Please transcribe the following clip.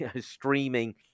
streaming